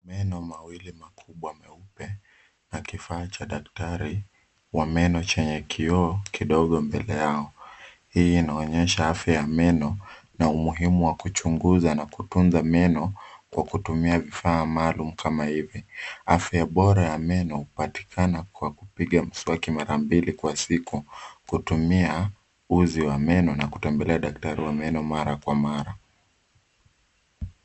Meno mawili makubwa meupe na kifaa cha daktari wa meno chenye kioo kidogo mbele yao. Hii inaonyesha afya ya meno na umuhimu wa kuchunguza na kutunza meno kwa kutumia vifaa maalum kama hivi. Afya bora ya meno hupatikana kwa kupiga mswaki mara mbili kwa siku kutumia uzi wa meno na kutembelea daktari wa meno mara kwa mara.